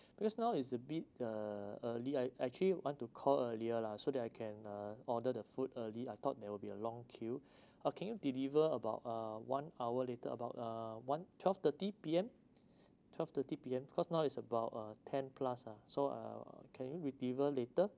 because now is a bit uh early I actually want to call earlier lah so that I can uh order the food early I thought there will be a long queue uh can you deliver about uh one hour later about uh one twelve thirty P_M twelve thirty P_M because now is about uh ten plus ah so uh can you re~ deliver later